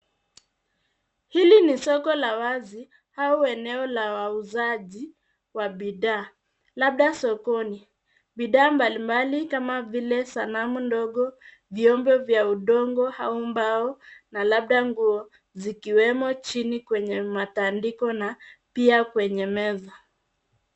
Hili ni soko la wazi au eneo la wauzaji wa bidhaa, labda sokoni. Bidhaa mbalimbali kama vile sanamu ndogo, vyombo vya udongo au mbao, na labda nguo zikiwemo chini kwenye matandiko na pia kwenye meza.